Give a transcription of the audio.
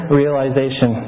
realization